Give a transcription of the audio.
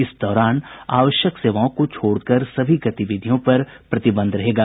इस दौरान आवश्यक सेवाओं को छोड़कर सभी गतिविधियों पर प्रतिबंध रहेगा